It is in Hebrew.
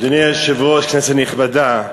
אדוני היושב-ראש, כנסת נכבדה,